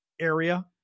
area